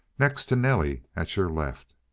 next to nelly, at your left.